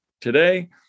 today